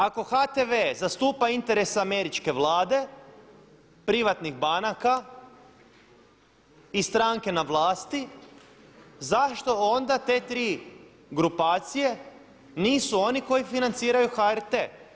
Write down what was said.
Ako HTV zastupa interese američke vlade, privatnih banaka i stranke na vlasti zašto onda te tri grupacije nisu oni koji financiraju HRT.